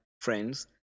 friends